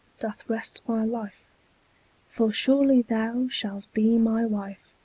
doth rest my life for surely thou shalt be my wife,